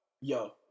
Yo